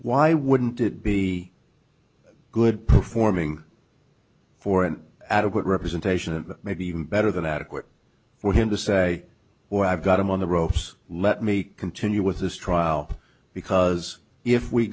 why wouldn't it be good performing for an adequate representation and maybe even better than adequate for him to say well i've got him on the ropes let me continue with this trial because if we